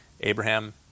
Abraham